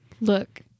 look